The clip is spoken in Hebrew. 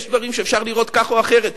יש דברים שאפשר לראות כך או אחרת,